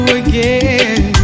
again